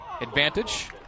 advantage